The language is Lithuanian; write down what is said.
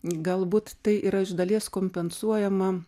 galbūt tai yra iš dalies kompensuojama